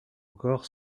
encore